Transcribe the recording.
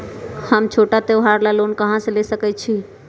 हम छोटा त्योहार ला लोन कहां से ले सकई छी?